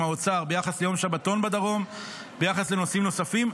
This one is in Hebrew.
עם האוצר ביחס ליום שבתון בדרום וביחס לנושאים נוספים.